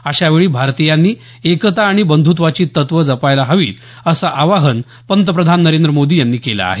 अशावेळी भारतीयांनी एकता आणि बंधुत्वाची तत्व जपायला हवीत असं आवाहन पंतप्रधान नरेंद्र मोदी यांनी केलं आहे